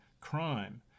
crime